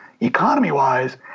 economy-wise